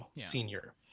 Senior